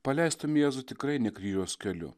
paleistum jėzų tikrai ne kryžiaus keliu